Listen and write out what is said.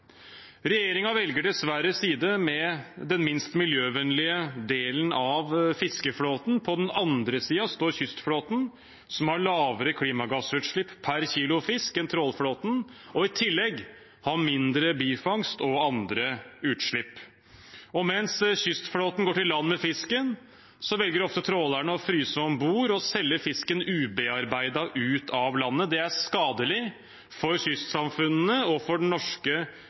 velger dessverre side med den minst miljøvennlige delen av fiskeflåten. På den andre siden står kystflåten, som har lavere klimagassutslipp per kilo fisk enn trålerflåten, og som i tillegg har mindre bifangst og andre utslipp. Og mens kystflåten går til land med fisken, velger ofte trålerne å fryse fisken om bord og selge den ubearbeidet ut av landet. Det er skadelig for kystsamfunnene og den norske